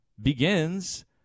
begins